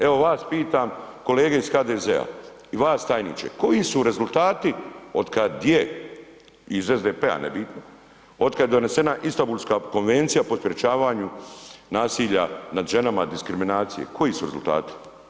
Evo vas pitam kolege iz HDZ-a i vas tajniče, koji su rezultati od kada je iz SDP-a nije bitno, od kada je donesena Istambulska konvencija o sprečavanju nasilja nad ženama, diskriminacije, koji su rezultati?